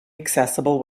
accessible